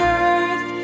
earth